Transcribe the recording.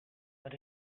but